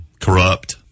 Corrupt